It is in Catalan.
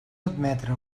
admetre